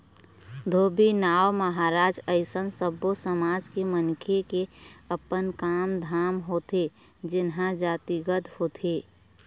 धोबी, नाउ, महराज अइसन सब्बो समाज के मनखे के अपन काम धाम होथे जेनहा जातिगत होथे